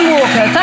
Walker